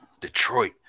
Detroit